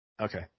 Okay